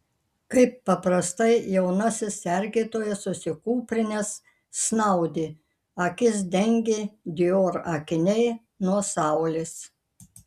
kaip paprastai jaunasis sergėtojas susikūprinęs snaudė akis dengė dior akiniai nuo saulės